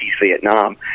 Vietnam